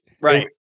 Right